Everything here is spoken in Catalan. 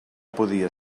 podia